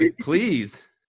Please